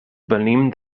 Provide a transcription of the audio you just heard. venim